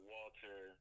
Walter